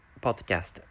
podcast